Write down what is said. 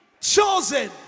Chosen